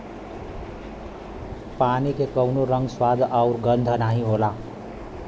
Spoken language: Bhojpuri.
पानी के कउनो रंग, स्वाद आउर गंध नाहीं होला